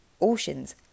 oceans